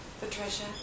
Patricia